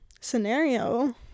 scenario